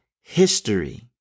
history